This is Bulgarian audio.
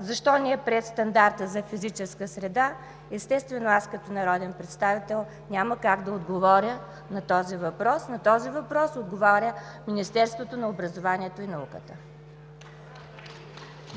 Защо не е приет стандартът за физическа среда? Естествено, аз като народен представител няма как да отговоря на този въпрос. На този въпрос отговаря Министерството на образованието и науката.